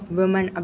women